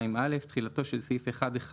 (א)תחילתו של סעיף 1(1)